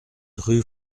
rue